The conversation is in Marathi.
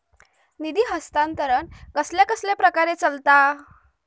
निधी हस्तांतरण कसल्या कसल्या प्रकारे चलता?